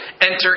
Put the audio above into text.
enter